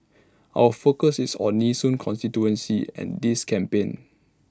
our focus is on Nee soon constituency and this campaign